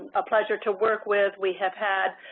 a pleasure to work with. we have had